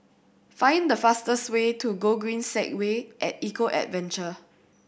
find the fastest way to Gogreen Segway At Eco Adventure